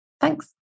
Thanks